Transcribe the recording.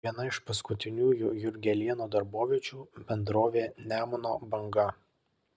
viena iš paskutinių jurgelėno darboviečių bendrovė nemuno banga